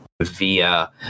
via